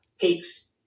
takes